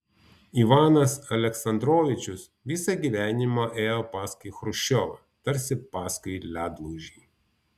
ivanas aleksandrovičius visą gyvenimą ėjo paskui chruščiovą tarsi paskui ledlaužį